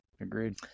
Agreed